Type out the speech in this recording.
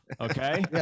Okay